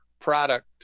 product